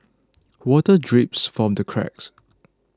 water drips from the cracks